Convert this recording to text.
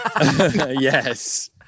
Yes